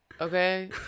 okay